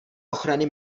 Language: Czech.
ochrany